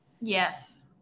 Yes